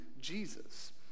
Jesus